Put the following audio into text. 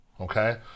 Okay